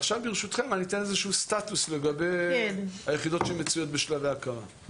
עכשיו ברשותכם אני אתן איזשהו סטטוס לגבי היחידות שמצויות בשלבי הקמה.